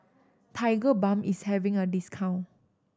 Tigerbalm is having a discount